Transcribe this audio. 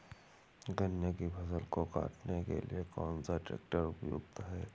गन्ने की फसल को काटने के लिए कौन सा ट्रैक्टर उपयुक्त है?